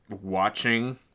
watching